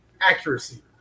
accuracy